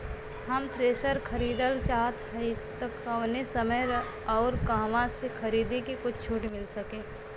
हम थ्रेसर खरीदल चाहत हइं त कवने समय अउर कहवा से खरीदी की कुछ छूट मिल सके?